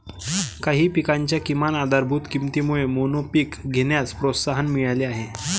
काही पिकांच्या किमान आधारभूत किमतीमुळे मोनोपीक घेण्यास प्रोत्साहन मिळाले आहे